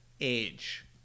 age